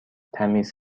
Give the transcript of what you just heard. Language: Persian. تمیز